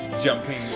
Jumping